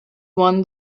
won